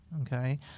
Okay